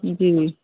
जी